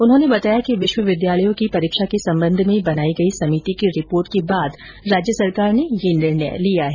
उन्होंने बताया कि विश्वविद्यालयों की परीक्षा के संबंध में बनाई गई समिति की रिपोर्ट के बाद राज्य सरकार ने यह निर्णय लिया है